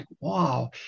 wow